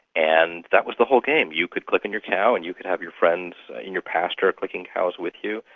and that was the whole game you could click on your cow and you could have your friends and your pastor clicking cows with you,